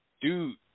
dude